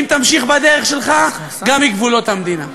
ואם תמשיך בדרך שלך, גם מגבולות המדינה.